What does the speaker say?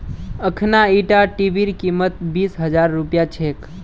अखना ईटा टीवीर कीमत बीस हजार रुपया छेक